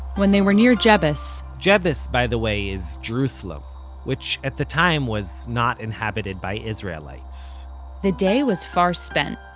when they were near jebus, jebus, by the way, is jerusalem which at the time was not inhabited by israelites the day was far spent,